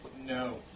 No